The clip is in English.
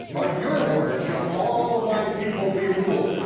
ah your word, shall all of my people be ruled.